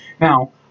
Now